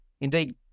Indeed